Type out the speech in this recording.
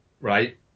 right